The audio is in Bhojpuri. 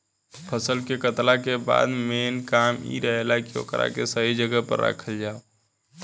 फसल के कातला के बाद मेन काम इ रहेला की ओकरा के सही जगह पर राखल जाव